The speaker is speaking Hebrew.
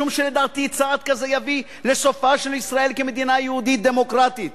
משום שלדעתי צעד כזה יביא לסופה של ישראל כמדינה יהודית דמוקרטית,